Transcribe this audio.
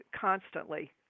constantly